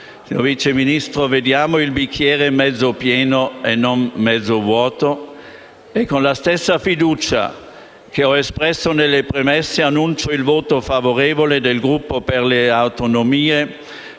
Signor Vice Ministro, vediamo il bicchiere mezzo pieno e non mezzo vuoto e, con la stessa fiducia che ho espresso nelle premesse, dichiaro il voto favorevole del Gruppo per le